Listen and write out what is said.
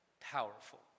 powerful